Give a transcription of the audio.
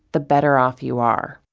the better off you are.